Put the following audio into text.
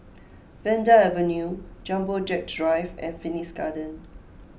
Vanda Avenue Jumbo Jet Drive and Phoenix Garden